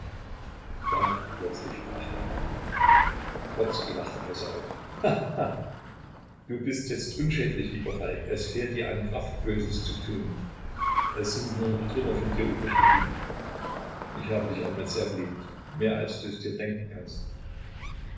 da plötzlich brach der bann grodzki lachte heiser auf ha ha du bist jetzt unschädlich lieber falk es fehlt dir an kraft böses zu tun es sind nur noch trümmer von dir übrig geblieben ich habe dich einmal sehr geliebt mehr als du es dir denken kannst